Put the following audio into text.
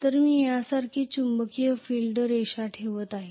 तर मी यासारखेच चुंबकीय फील्ड रेषा ठेवत आहे